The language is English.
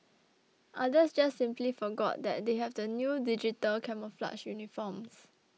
others just simply forgot that they have the new digital camouflage uniforms